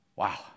Wow